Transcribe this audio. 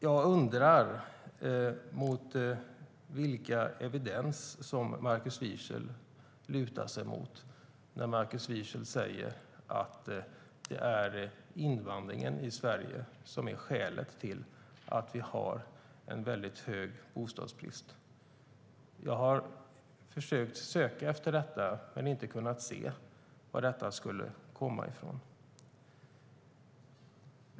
Jag undrar vilken evidens som Markus Wiechel lutar sig mot när han säger att det är invandringen i Sverige som är skälet till att vi har en stor bostadsbrist. Jag har försökt söka efter detta men inte kunnat se vad detta skulle komma från.